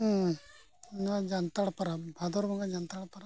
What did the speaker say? ᱦᱮᱸ ᱱᱚᱣᱟ ᱡᱟᱱᱛᱟᱲ ᱯᱚᱨᱚᱵᱽ ᱵᱷᱟᱫᱚᱨ ᱵᱚᱸᱜᱟ ᱡᱟᱱᱛᱟᱲ ᱯᱚᱨᱚᱵᱽ